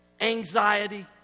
anxiety